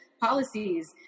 policies